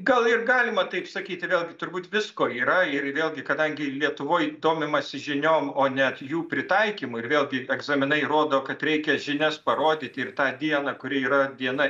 gal ir galima taip sakyti vėlgi turbūt visko yra ir vėlgi kadangi lietuvoj domimasi žiniom o net jų pritaikymu ir vėlgi egzaminai rodo kad reikia žinias parodyti ir tą dieną kuri yra diena